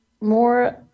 more